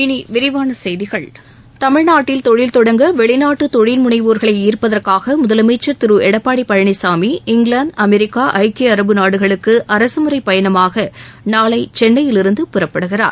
இனி விரிவான செய்திகள் தமிழ்நாட்டில் தொழில்தொடங்க வெளிநாட்டு தொழில்மனைவோர்களை ஈர்ப்பதற்காக முதலமைச்சர் திரு எடப்பாடி பழனிசாமி இங்கிலாந்து அமெரிக்கா ஐக்கிய அரபு நாடுகளுக்கு அரசமுறை பயணமாக நாளை சென்னையிலிருந்து புறப்படுகிறார்